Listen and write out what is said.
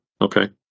okay